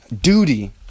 duty